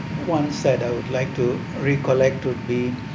one said I would like to recollect to be